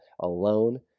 alone